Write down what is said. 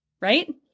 right